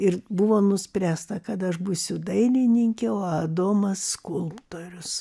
ir buvo nuspręsta kad aš būsiu dailininkė o adomas skulptorius